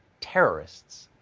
terrorists.